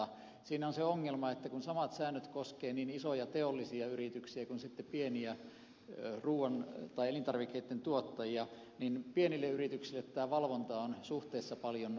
siinä on se ongelma että kun samat säännöt koskevat niin isoja teollisia yrityksiä kuin pieniä elintarvikkeiden tuottajia niin pienille yrityksille valvonta on suhteessa paljon raskaampaa